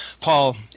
Paul